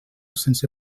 sense